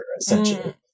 essentially